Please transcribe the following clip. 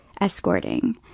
escorting